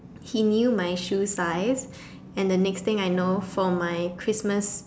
he knew my shoe size and the next thing I know for my Christmas